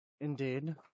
Indeed